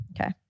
Okay